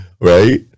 Right